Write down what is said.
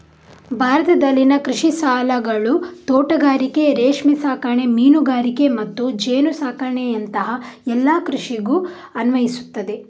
ಭಾರತದಲ್ಲಿನ ಕೃಷಿ ಸಾಲಗಳು ತೋಟಗಾರಿಕೆ, ರೇಷ್ಮೆ ಸಾಕಣೆ, ಮೀನುಗಾರಿಕೆ ಮತ್ತು ಜೇನು ಸಾಕಣೆಯಂತಹ ಎಲ್ಲ ಕೃಷಿಗೂ ಅನ್ವಯಿಸ್ತದೆ